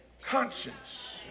conscience